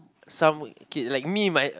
some okay like me my